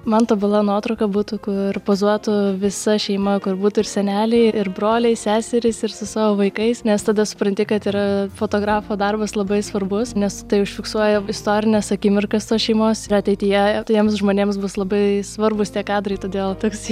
man tobula nuotrauka būtų kur pozuotų visa šeima kur būtų ir seneliai ir broliai seserys ir su savo vaikais nes tada supranti kad yra fotografo darbas labai svarbus nes tai užfiksuoja istorines akimirkas tos šeimos ir ateityje tiems žmonėms bus labai svarbūs tie kadrai todėl toks